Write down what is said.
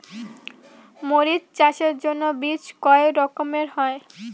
মরিচ চাষের জন্য বীজ কয় রকমের হয়?